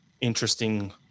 interesting